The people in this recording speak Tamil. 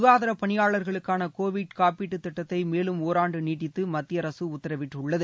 சுகாதார பணியாளர்களுக்கான கோவிட் காப்பீட்டு திட்டத்தை மேலும் ஒராண்டு நீட்டித்து மத்திய அரசு உத்தரவிட்டுள்ளது